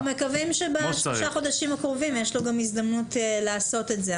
אנחנו מקווים שבשישה חודשים הקרובים יש לו גם הזדמנות לעשות את זה.